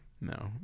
No